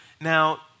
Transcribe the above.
Now